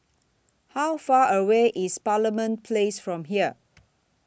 How Far away IS Parliament Place from here